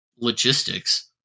logistics